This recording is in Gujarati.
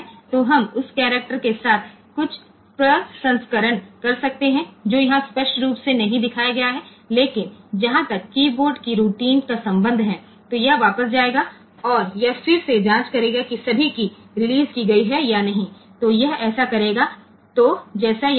તો આપણે તે કેરેક્ટર સાથે થોડી પ્રક્રિયા કરી શકીએ છીએ જે અહીં સ્પષ્ટ રીતે દર્શાવવામાં આવ્યું નથી પરંતુ જ્યાં સુધી કી બોર્ડ રૂટીન નો સંબંધ છે ત્યાં સુધી તે પાછું જશે અને તે ફરીથી તપાસ કરશે કે બધી કી રીલીઝ થઈ છે કે નહીં